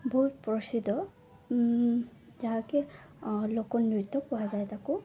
ବହୁତ ପ୍ରସିଦ୍ଧ ଯାହାକି ଲୋକନୃତ୍ୟ କୁହାଯାଏ ତାକୁ